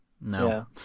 No